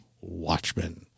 Watchmen